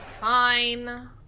Fine